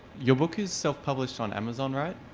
your book is self-published on amazon, right,